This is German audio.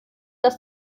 dass